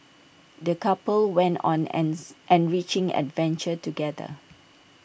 the couple went on ans enriching adventure together